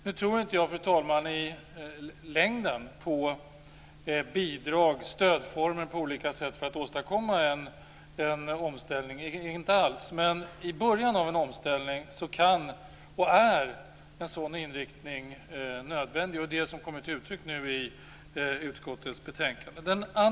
Nu tror inte jag, fru talman, i längden på bidrag och olika former av stöd för att åstadkomma en omställning. Men i början av en omställning kan och är en sådan inriktning nödvändig, och det är det som nu kommer till uttryck i utskottets betänkande. Fru talman!